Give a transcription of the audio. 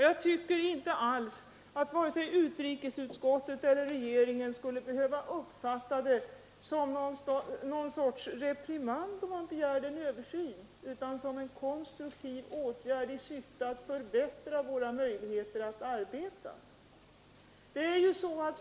Jag tycker inte att vare sig utrikesutskottet eller regeringen skulle behöva uppfatta det som något slags reprimand att man begär en översyn, utan det borde uppfattas som en konstruktiv åtgärd i syfte att förbättra våra möjligheter att arbeta.